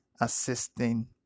assisting